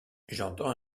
j’entends